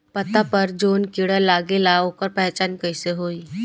पत्ता पर जौन कीड़ा लागेला ओकर पहचान कैसे होई?